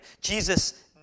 Jesus